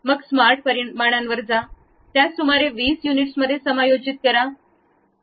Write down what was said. मग स्मार्ट परिमाणांवर जा त्यास सुमारे 20 युनिट्समध्ये समायोजित करा